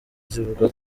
zivuga